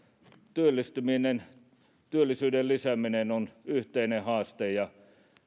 työllistyminen työllisyyden lisääminen on yhteinen haaste ja